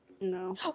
No